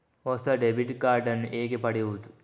ಹೊಸ debit card ನ್ನು ಹೇಗೆ ಪಡೆಯುದು?